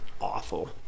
awful